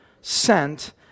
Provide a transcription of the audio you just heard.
sent